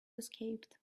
escaped